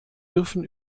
dürfen